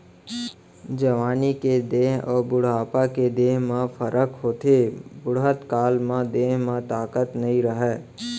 जवानी के देंह अउ बुढ़ापा के देंह म फरक होथे, बुड़हत काल म देंह म ताकत नइ रहय